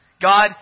God